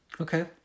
Okay